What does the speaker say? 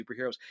superheroes